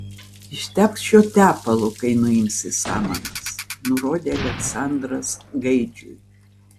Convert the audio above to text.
ištepk šiuo tepalu kai nuimsi samanas nurodė aleksandras gaidžiui